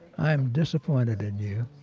i'm disappointed in you.